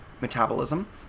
metabolism